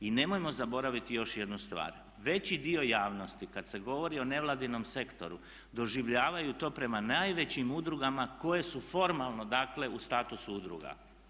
I nemojmo zaboraviti još jednu stvar, veći dio javnosti kad se govori o nevladinom sektoru doživljavaju to prema najvećim udrugama koje su formalno dakle u statusu udruga.